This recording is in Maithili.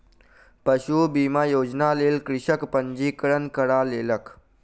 पशु बीमा योजनाक लेल कृषक पंजीकरण करा लेलक